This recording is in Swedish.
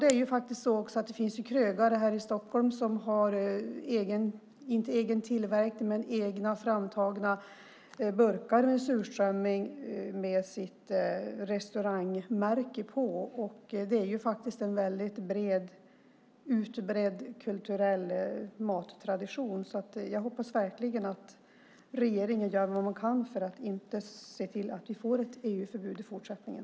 Det är faktiskt så att det också finns krögare här i Stockholm som, inte har egen tillverkning men som har tagit fram egna burkar för surströmming med sitt restaurangmärke på. Det är faktiskt en väldigt utbredd kulturell mattradition så jag hoppas verkligen att regeringen gör vad den kan för att se till att vi inte får ett EU-förbud i fortsättningen.